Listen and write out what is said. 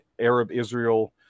Arab-Israel